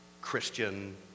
Christian